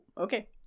okay